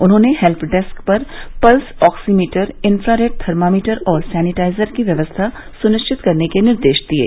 उन्होंने help desk पर pulse oximeter infrared thermometer और सैनिटाइजर की व्यवस्था सुनिश्चित करने के निर्देश दिये